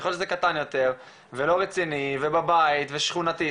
ככל שזה קטן יותר ולא רציני ובבית ו"שכונתי",